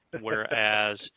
whereas